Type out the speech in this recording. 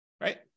right